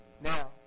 Now